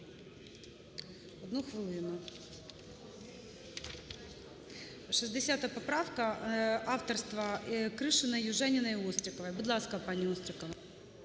Одну хвилину. 60 поправка авторства Кришина, Южаніної і Острікової. Будь ласка, пані Острікова.